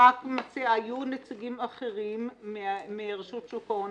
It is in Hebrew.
היו נציגים אחרים מרשות שוק ההון,